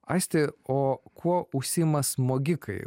aisti o kuo užsiima smogikai